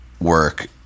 work